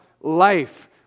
life